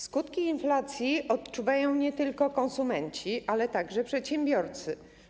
Skutki inflacji odczuwają nie tylko konsumenci, ale także przedsiębiorcy.